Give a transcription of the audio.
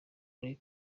uri